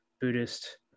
Buddhist